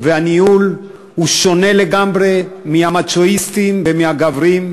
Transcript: הניהול הוא שונה לגמרי משל המצ'ואיסטים והגבריים,